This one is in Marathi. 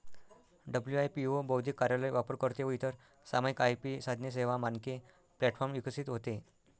डब्लू.आय.पी.ओ बौद्धिक कार्यालय, वापरकर्ते व इतर सामायिक आय.पी साधने, सेवा, मानके प्लॅटफॉर्म विकसित होते